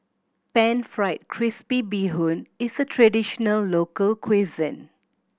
Pan Fried Crispy Bee Hoon is a traditional local cuisine